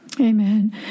Amen